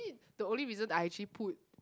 the only reason I actually put